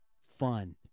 fun